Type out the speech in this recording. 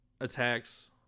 attacks